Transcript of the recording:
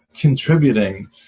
contributing